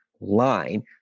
line